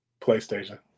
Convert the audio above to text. PlayStation